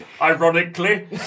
Ironically